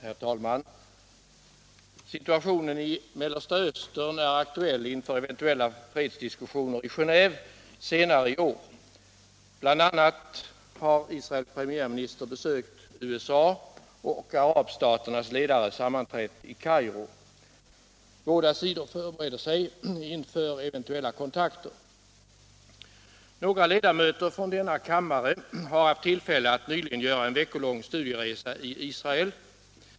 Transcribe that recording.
Herr talman! Situationen i Mellersta Östern är aktuell inför eventuella fredsdiskussioner i Genéve senare i år. Bl. a. har Israels premiärminister besökt USA, och arabstaternas ledare har sammanträtt i Kairo. Båda sidor förbereder sig inför eventuella kontakter. Några ledamöter från denna kammare har haft tillfälle att nyligen göra en veckolång studieresa i Israel.